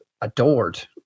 Adored